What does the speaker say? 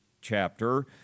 chapter